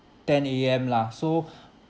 ten A_M lah so